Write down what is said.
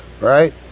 right